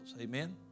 Amen